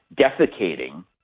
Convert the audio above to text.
defecating